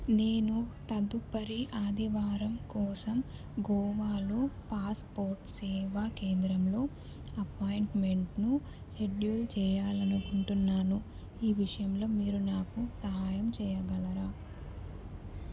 నేను తదుపరి ఆదివారం కోసం గోవాలో పాస్పోర్ట్ సేవా కేంద్రంలో అపాయింట్మెంట్ను షెడ్యూల్ చేయాలని అనుకుంటున్నాను ఈ విషయంలో మీరు నాకు సహాయం చేయగలరా